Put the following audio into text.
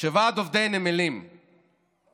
כשוועד עובדי הנמלים מחליט